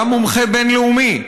גם מומחה בין-לאומי,